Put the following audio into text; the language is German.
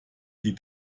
die